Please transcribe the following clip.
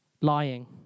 lying